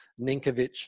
Ninkovic